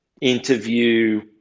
interview